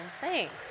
thanks